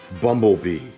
Bumblebee